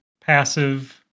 passive